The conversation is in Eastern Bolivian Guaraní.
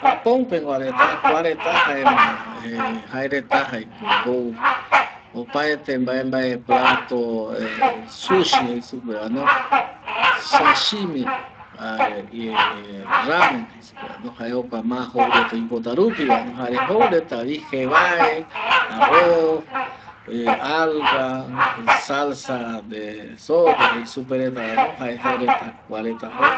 Japon pegua reta kua reta jaema jaereta jou opaete mbae mabe plato sushi jeisupe vano jare ramen jae ma joue reta oipota rupi va no jare joureta vi jebae, alga, salsa jae kua reta jokua jou.